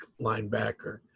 linebacker